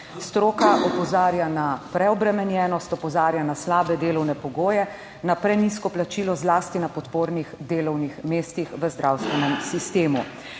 Stroka opozarja na preobremenjenost, opozarja na slabe delovne pogoje, na prenizko plačilo, zlasti na podpornih delovnih mestih v zdravstvenem sistemu.